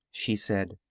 she said.